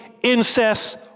incest